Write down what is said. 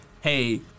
hey